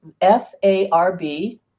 F-A-R-B